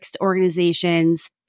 organizations